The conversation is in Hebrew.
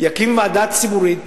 יקים ועדה ציבורית